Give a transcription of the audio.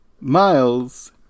Miles